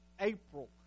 April